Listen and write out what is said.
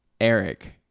Eric